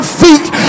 feet